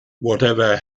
whatever